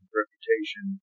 reputation